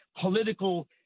political